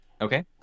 Okay